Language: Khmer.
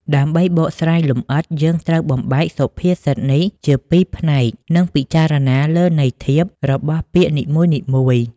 ដើម្បីបកស្រាយលម្អិត យើងត្រូវបំបែកសុភាសិតនេះជាពីរផ្នែក និងពិចារណាលើន័យធៀបរបស់ពាក្យនីមួយៗ។